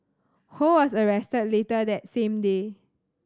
who was arrested later that same day